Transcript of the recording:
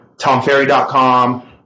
TomFerry.com